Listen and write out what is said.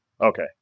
Okay